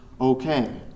okay